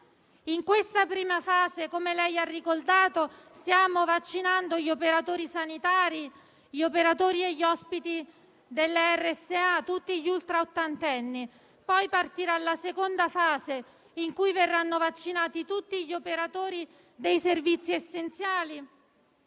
In questa prima fase, come lei ha ricordato, stiamo vaccinando gli operatori sanitari, gli operatori e gli ospiti delle residenze sanitarie assistenziali (RSA), tutti gli ultraottantenni; poi partirà la seconda fase, in cui verranno vaccinati tutti gli operatori dei servizi essenziali,